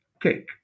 Cake